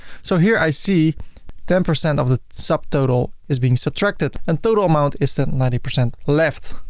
so here i see ten percent of the subtotal is being subtracted and total amount is still ninety percent left.